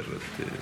בסדר, הכול בסדר.